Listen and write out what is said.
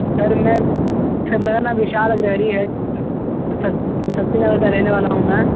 sir मैं sir मेरा नाम विशाल अग्रहरि है सर सक शक्तिनगर का रेहने वाला हूँ मैं